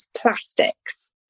plastics